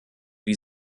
wie